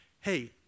hey